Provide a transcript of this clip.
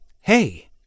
hey